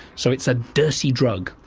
so it's a dirty drug.